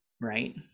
right